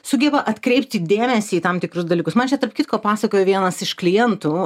sugeba atkreipti dėmesį į tam tikrus dalykus man čia tarp kitko pasakojo vienas iš klientų